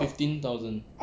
fifteen thousand